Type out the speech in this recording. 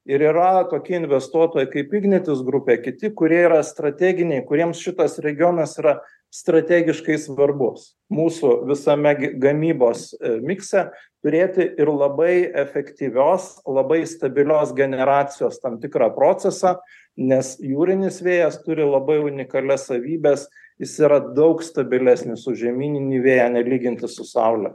ir yra kokie investuotojai kaip ignitis grupė kiti kurie yra strateginiai kuriems šitas regionas yra strategiškai svarbus mūsų visame gi gamybos mikse turėti ir labai efektyvios labai stabilios generacijos tam tikrą procesą nes jūrinis vėjas turi labai unikalias savybes jis yra daug stabilesnis už žemyninį vėją nelyginti su saule